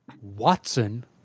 Watson